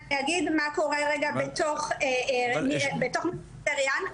אני אגיד מה קורה רגע בתוך מרכזי ריאן.